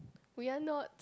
we are not